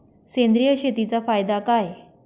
सेंद्रिय शेतीचा फायदा काय?